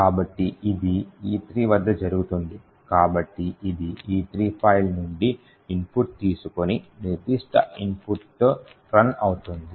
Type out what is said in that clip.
కాబట్టి ఇది E3 వద్ద జరుగుతుంది కాబట్టి ఇది E3 ఫైల్ నుండి ఇన్పుట్ తీసుకొని నిర్దిష్ట ఇన్పుట్తో రన్ అవుతుంది